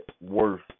worth